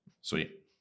Sweet